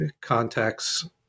contacts